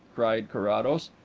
cried carrados.